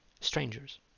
Strangers